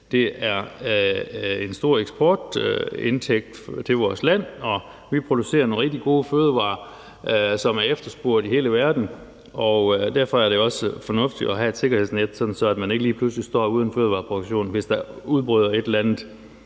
det er en stor eksportindtægt til vores land, og vi producerer nogle rigtig gode fødevarer, som er efterspurgt i hele verden. Derfor er det også fornuftigt at have et sikkerhedsnet, sådan at man ikke lige pludselig står uden fødevareproduktion, hvis der udbryder et eller andet,